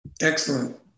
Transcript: Excellent